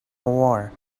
war